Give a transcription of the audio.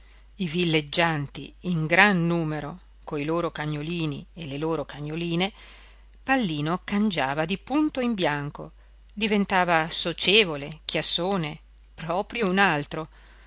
i villeggianti in gran numero coi loro cagnolini e le loro cagnoline pallino cangiava di punto in bianco diventava socievole chiassone proprio un altro